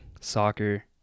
soccer